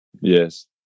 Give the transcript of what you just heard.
Yes